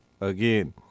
Again